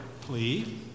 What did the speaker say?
plea